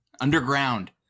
Underground